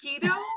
keto